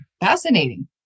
fascinating